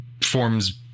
forms